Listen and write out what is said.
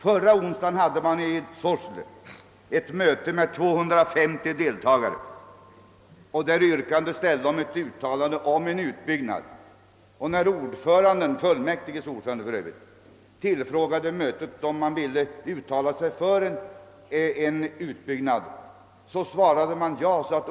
Förra onsdagen hade man i Sorsele ett möte med 2530 deltagare. Yrkande ställ des där om ett uttalande om en utbyggnad. När fullmäktiges ordförande tillfrågade mötet om det ville uttala sig för 2n utbyggnad, svarade man ja.